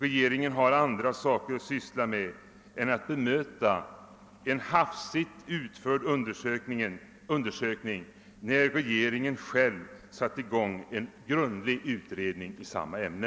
Regeringen har andra saker att syssla med än att bemöta en hafsigt utförd undersökning, när regeringen själv har satt i gång en grundlig utredning i samma ämne.